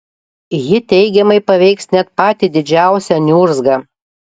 ji teigiamai paveiks net patį didžiausią niurzgą